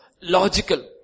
logical